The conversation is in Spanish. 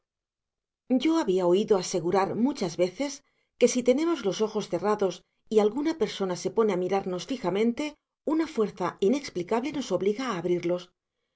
yo había oído asegurar muchas veces que si tenemos los ojos cerrados y alguna persona se pone a mirarnos fijamente una fuerza inexplicable nos obliga a abrirlos